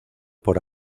por